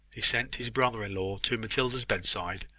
he sent his brother-in-law to matilda's bedside,